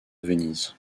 venise